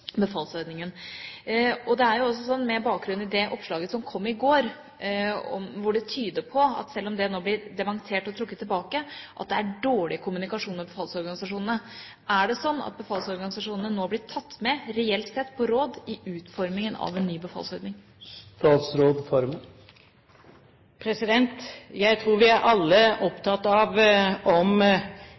det oppslaget som kom i går, at det tyder på, selv om det blir dementert og trukket tilbake, at det er dårlig kommunikasjon mellom befalsorganisasjonene. Er det sånn at befalsorganisasjonene nå blir tatt med, reelt sett, på råd i utformingen av en ny befalsordning? Jeg tror vi alle er opptatt av om